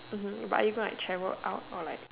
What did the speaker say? oh no but are you going to like travel out or like